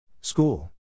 School